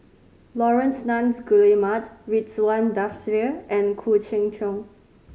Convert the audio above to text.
Laurence Nunns Guillemard Ridzwan Dzafir and Khoo Cheng Tiong